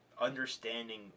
understanding